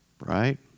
right